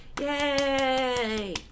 Yay